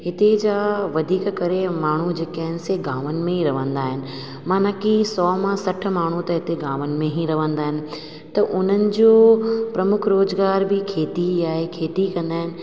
हिते जा वधीक करे माण्हू जेके आहिनि से गामनि में ई रहंदा आहिनि माना की सौ मां सठ माण्हू त हिते गामनि में ई रहंदा आहिनि त उन्हनि जो प्रमुख रोज़गार बि खेती ही आहे खेती ई कंदा आहिनि